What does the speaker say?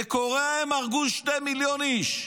בקוריאה הם הרגו שני מיליון איש,